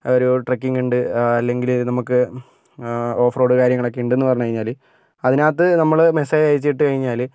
ഒരു ട്രക്കിംഗ് ഉണ്ട് അല്ലെങ്കിൽ നമുക്ക് ഓഫ് റോഡ് കാര്യങ്ങളൊക്കെ ഉണ്ടെന്ന് പറഞ്ഞു കഴിഞ്ഞാൽ അതിനകത്ത് നമ്മൾ മെസ്സേജ് അയച്ചിട്ട് കഴിഞ്ഞാൽ